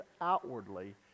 outwardly